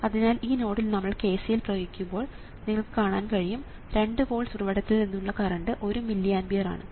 അതിനാൽ ഈ നോഡിൽ നമ്മൾ KCL പ്രയോഗിക്കുമ്പോൾ നിങ്ങൾക്ക് കാണാൻ കഴിയും 2 വോൾട്സ് ഉറവിടത്തിൽ നിന്നുള്ള കറണ്ട് 1 മില്ലി ആമ്പിയർ ആണെന്ന്